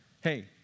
Hey